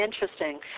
Interesting